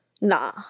Nah